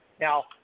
Now